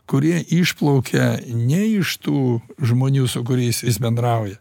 kurie išplaukia ne iš tų žmonių su kuriais jis bendrauja